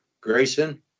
Grayson